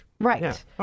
right